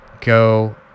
go